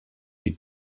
die